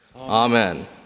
Amen